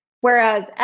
Whereas